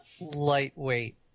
lightweight